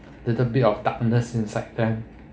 little bit of darkness inside ya